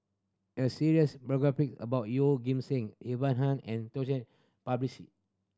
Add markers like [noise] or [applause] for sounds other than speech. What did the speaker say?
a series biography about Yeoh Ghim Seng Ivan Heng and [unintelligible]